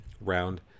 round